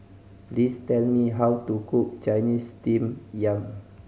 please tell me how to cook Chinese Steamed Yam